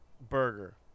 burger